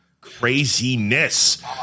Craziness